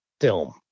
film